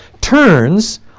turns